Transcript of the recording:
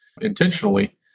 intentionally